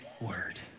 word